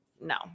no